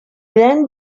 then